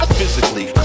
physically